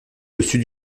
dessus